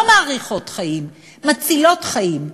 לא מאריכות חיים, מצילות חיים,